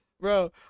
Bro